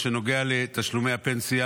(פטירה של חטוף שאירעה מחוץ לישראל),